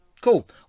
cool